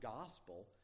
gospel